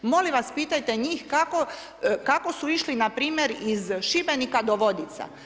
Molim vas, pitajte njih kako su išli npr. iz Šibenika do Vodica.